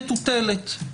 מטוטלת כלשהי.